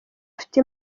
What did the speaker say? ufite